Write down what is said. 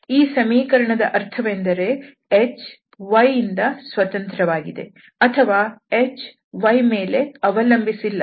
ಈ ಸಮೀಕರಣದ ಅರ್ಥವೆಂದರೆ h y ಯಿಂದ ಸ್ವತಂತ್ರವಾಗಿದೆ ಅಥವಾ h y ಮೇಲೆ ಅವಲಂಬಿಸಿಲ್ಲ